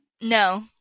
No